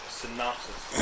synopsis